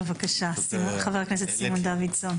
בבקשה, חבר הכנסת סימון דוידסון.